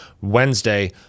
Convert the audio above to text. Wednesday